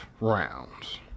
rounds